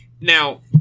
Now